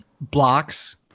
blocks